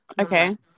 Okay